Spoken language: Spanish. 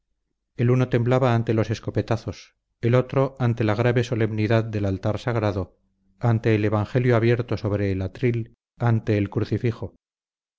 el uno temblaba ante los escopetazos el otro ante la grave solemnidad del altar sagrado ante el evangelio abierto sobre el atril ante el crucifijo